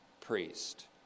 priest